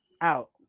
Out